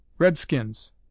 Redskins